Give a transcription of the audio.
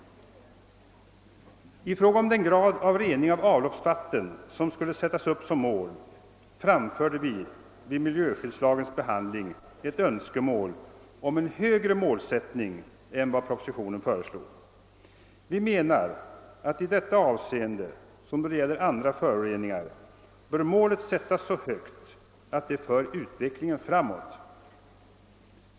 I fråga om den grad av rening av avloppsvatten som skulle sättas som mål framförde vi vid miljöskyddslagens behandling ett önskemål om en högre målsättning än vad propositionen föreslår. Vi menar att med avseende på andra föroreningar bör målet sättas så högt att det för utvecklingen framåt.